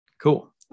Cool